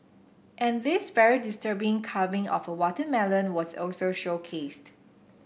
and this very disturbing carving of a watermelon was also showcased